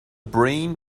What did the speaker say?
brain